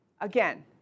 again